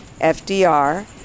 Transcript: FDR